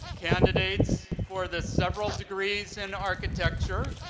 candidates for the several degrees in architecture,